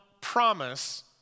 promise